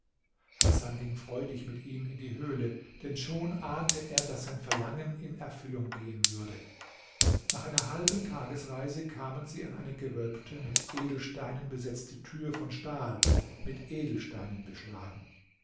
hasan ging freudig mit ihm in die höhle denn schon ahnte er daß sein verlangen in erfüllung gehen würde nach einer halben tagesreise kamen sie an eine gewölbte mit edelsteinen besetzte tür von stahl mit edelsteinen beschlagen